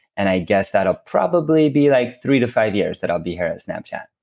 and i guess that'll probably be like three to five years that i'll be here at snapchat.